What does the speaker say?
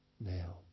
now